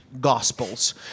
Gospels